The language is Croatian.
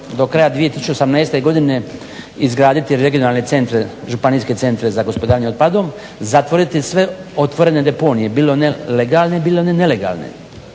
do kraja 2018. godine izgraditi regionalne centre županijske centre za gospodarenje otpadom, zatvoriti sve otvorene deponije bilo one legalne bilo one nelegalne.